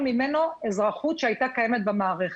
ממנו אזרחות שהייתה קיימת במערכת.